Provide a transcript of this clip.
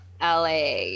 LA